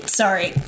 sorry